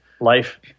life